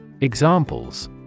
Examples